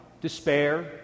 despair